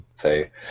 Say